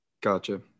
Gotcha